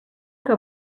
que